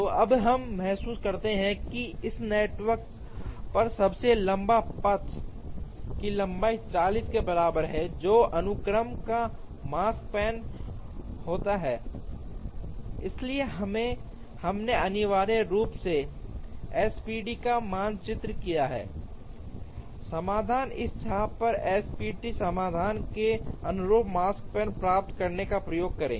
तो अब हम महसूस करते हैं कि इस नेटवर्क पर सबसे लंबे पथ की लंबाई 40 के बराबर है जो अनुक्रम का माकस्पन होता है इसलिए हमने अनिवार्य रूप से एसपीटी का मानचित्रण किया है समाधान इस चाप पर SPT समाधान के अनुरूप Makespan प्राप्त करने का प्रयास करें